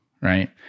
right